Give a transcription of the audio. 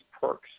perks